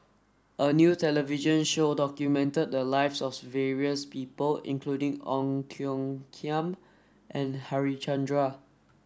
a new television show documented the lives of various people including Ong Tiong Khiam and Harichandra